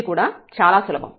ఇది కూడా చాలా సులభం